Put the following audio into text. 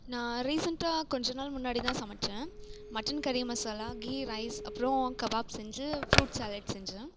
நான் ரீசென்ட்டாக கொஞ்சம் நாள் முன்னாடிதான் சமைச்சேன் மட்டன் கறி மசாலா கீ ரைஸ் அப்புறம் கபாப் செஞ்சு ஃப்ரூட் சாலட் செஞ்சேன்